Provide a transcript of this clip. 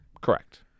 Correct